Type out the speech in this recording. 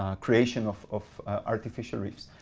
ah creation of of artificial reefs.